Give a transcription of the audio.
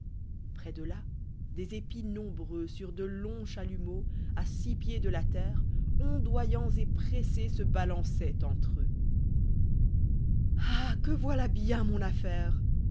près de là des épis nonibi cux sur de longs chalumeaux à six pieds de la terre ondoyants et pressés se balançoicnt entre eux ah que voilà bien mon affaire